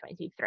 2023